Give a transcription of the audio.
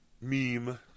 meme